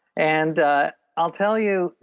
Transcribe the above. and i'll tell you,